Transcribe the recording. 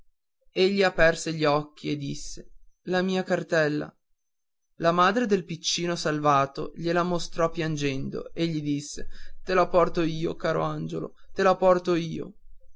e le braccia egli aperse gli occhi e disse la mia cartella la madre del piccino salvato gliela mostrò piangendo e gli disse te la porto io caro angiolo te la porto io